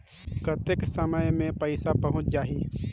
कतेक समय मे पइसा पहुंच जाही?